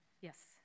Yes